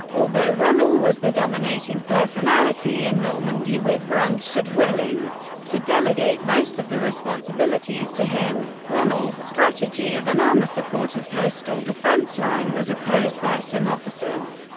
although rommel was the dominating personality in normandy with rundstedt willing to delegate most of the responsibilities to him, rommel's strategy of an armor-supported coastal defense line was opposed by some officers,